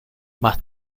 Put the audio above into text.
más